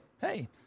hey